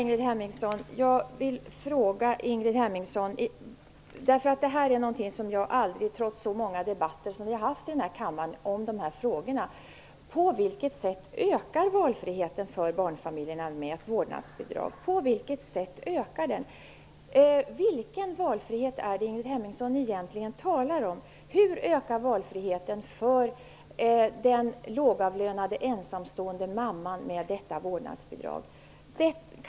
Fru talman! Jag vill ställa en fråga till Ingrid Hemmingsson. Trots att vi har haft så många debatter i denna kammare i de här frågorna har jag aldrig förstått på vilket sätt valfriheten ökar för barnfamiljerna med ett vårdnadsbidrag. Vilken valfrihet är det som Ingrid Hemmingsson egentligen talar om? Hur ökar valfriheten för den lågavlönade ensamstående mamman med detta vårdnadsbidrag?